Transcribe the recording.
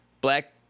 black